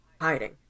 hiding